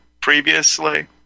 previously